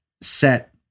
set